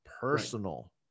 personal